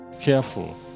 careful